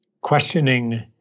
questioning